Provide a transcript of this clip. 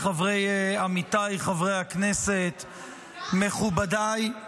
עמיתיי חברי הכנסת -- עמיתיי?